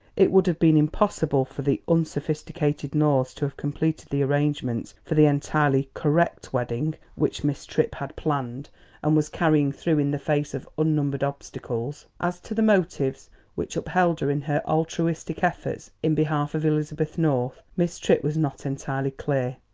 it would have been impossible for the unsophisticated norths to have completed the arrangements for the entirely correct wedding which miss tripp had planned and was carrying through in the face of unnumbered obstacles. as to the motives which upheld her in her altruistic efforts in behalf of elizabeth north miss tripp was not entirely clear.